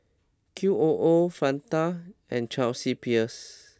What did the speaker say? Q O O Fanta and Chelsea Peers